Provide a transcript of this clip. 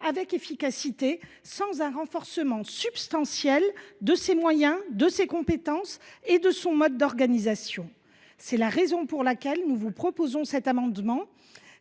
avec efficacité sans un renforcement substantiel de ses moyens, de ses compétences et de son mode d’organisation. » C’est la raison pour laquelle nous vous proposons cet amendement,